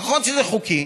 נכון שזה חוקי,